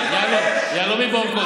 לא רוצה לראות אותך.